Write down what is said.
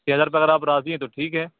چھ ہزار پر اگر آپ راضی ہیں تو ٹھیک ہے